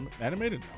Animated